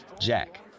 Jack